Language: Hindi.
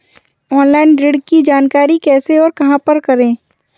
ऑनलाइन ऋण की जानकारी कैसे और कहां पर करें?